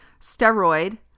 steroid